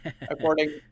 According